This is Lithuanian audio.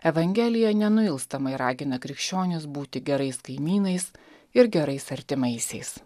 evangelija nenuilstamai ragina krikščionis būti gerais kaimynais ir gerais artimaisiais